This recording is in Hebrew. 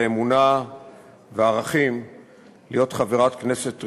האמונה והערכים להיות חברת כנסת ראויה,